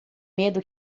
medo